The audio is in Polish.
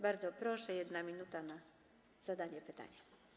Bardzo proszę, 1 minuta na zadanie pytania.